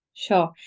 Sure